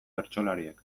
bertsolariek